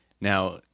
Now